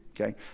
Okay